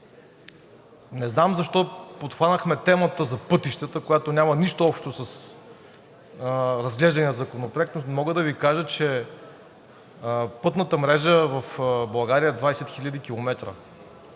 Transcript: не знам защо подхванахме темата за пътищата, която няма нищо общо с разглеждания законопроект, но мога да Ви кажа, че пътната мрежа в България е 20 000 км